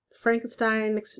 Frankenstein